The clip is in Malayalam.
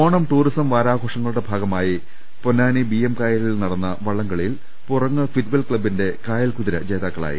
ഓണം ടൂറിസം വാരാഘോഷങ്ങളുടെ ഭാഗമായി പൊന്നാനി ബീയം കായലിൽ നടന്ന വള്ളംകളിയിൽ പുറങ്ങ് ഫിറ്റ്വെൽ ക്ലബിന്റെ കായൽകുതിര ജേതാക്കളായി